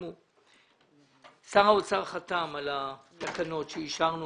שר האוצר חתם על התקנות שאישרנו